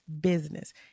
business